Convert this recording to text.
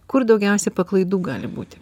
kur daugiausia paklaidų gali būti